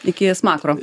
iki smakro